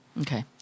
Okay